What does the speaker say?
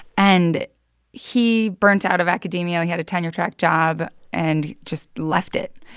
and he burnt out of academia. he had a tenure-track job and just left it.